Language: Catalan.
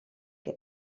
que